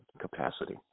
capacity